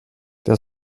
der